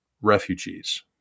refugees